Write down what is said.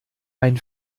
ein